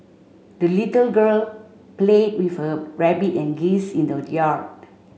the little girl played with her rabbit and geese in the yard